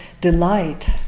delight